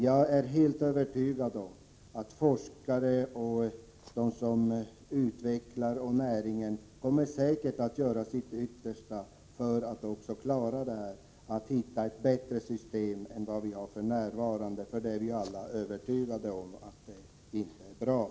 Jag är helt övertygad om att forskarna och näringen kommer att göra sitt yttersta för att hitta ett bättre system än vi har för närvarande, som alla är överens om inte är bra.